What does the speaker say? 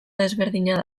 desberdina